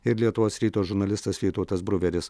ir lietuvos ryto žurnalistas vytautas bruveris